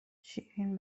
شیرین